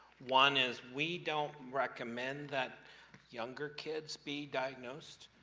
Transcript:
one is, we don't recommend that younger kids be diagnosed.